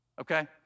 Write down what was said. Okay